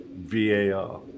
VAR